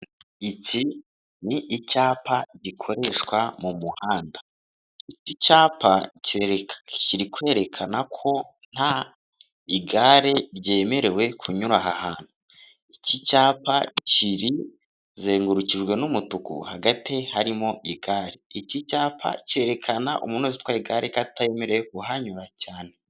Iki ni icyapa gikoreshwa mu muhanda iki cyapa kiri kwerekana ko nta igare ryemerewe kunyura aha hantu, iki cyapa kizengurukijwe n'umutuku hagati harimo igare. Iki cyapa cyerekana umuntuozi utwaraye igare catamele uhanyura cyane.